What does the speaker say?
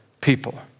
people